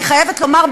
אני חייבת לומר,